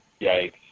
Yikes